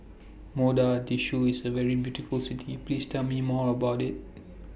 Mogadishu IS A very beautiful City Please Tell Me More about IT